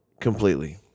completely